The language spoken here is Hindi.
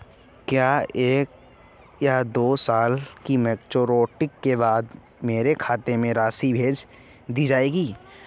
क्या एक या दो साल की मैच्योरिटी के बाद मेरे खाते में राशि भेज दी जाएगी?